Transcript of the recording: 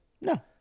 no